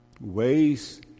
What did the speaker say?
ways